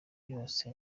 yose